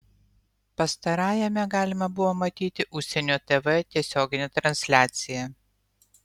pastarajame galima buvo matyti užsienio tv tiesioginę transliaciją